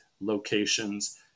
locations